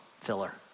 filler